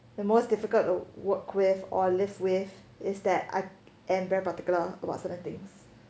the most difficult to work with or live with is that I am very particular about certain things